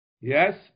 Yes